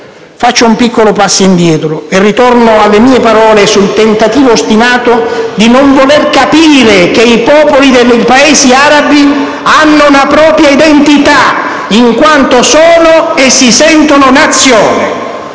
Faccio un piccolo passo indietro e ritorno alle mie parole sul tentativo ostinato di non voler capire che i popoli dei Paesi arabi hanno una propria identità in quanto sono e si sentono Nazione.